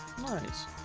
Nice